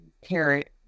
carrot